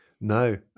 no